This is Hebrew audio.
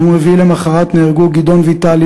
ביום רביעי למחרת נהרג גדעון ויטלי,